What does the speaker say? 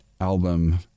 album